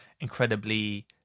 incredibly